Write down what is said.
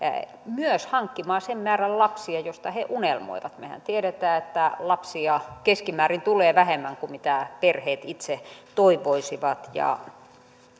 myös hankkimaan sen määrän lapsia josta he unelmoivat mehän tiedämme että lapsia tulee keskimäärin vähemmän kuin mitä perheet itse toivoisivat ja